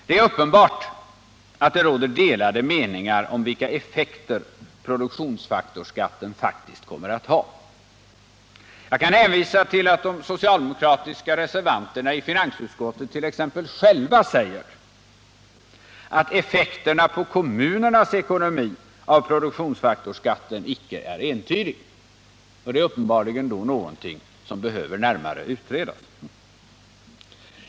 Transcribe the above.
Det är uppenbart att det råder delade meningar om vilka effekter produktionsfak torsskatten faktiskt kommer att ha. Jag kan hänvisa till att de socialdemokratiska reservanterna i finansutskottet själva t.ex. säger att effekterna på kommunernas ekonomi av produktionsfaktorsskatten icke är entydiga. Det är uppenbarligen någonting som behöver närmare utredas.